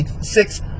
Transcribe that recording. Six